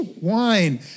wine